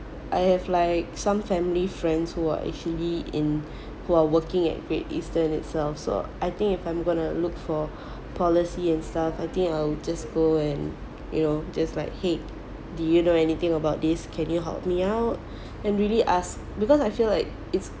I have like some family friends who are actually in who are working at great eastern itself so I think if I'm gonna look for policy and stuff I think I'll just go and you know just like !hey! do you know anything about this can you help me out and really ask because I feel like it's